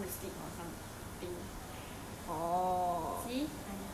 at least I wait at home I scared you want to sleep or something